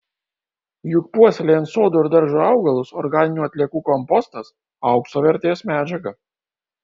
juk puoselėjant sodo ir daržo augalus organinių atliekų kompostas aukso vertės medžiaga